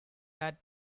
that